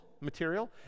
material